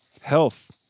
health